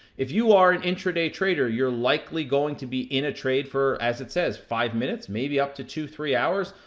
if you are an intra-day trader, you are likely going to be in a trade for, as it says, five minutes, maybe up to two, three hours.